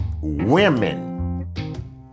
women